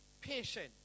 patient